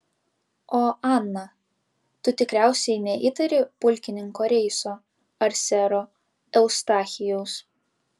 o ana tu tikriausiai neįtari pulkininko reiso ar sero eustachijaus